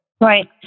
Right